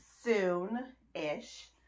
soon-ish